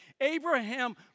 Abraham